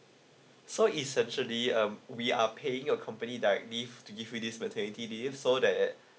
so it's actually um we are paying your company directly to give you this maternity leave so that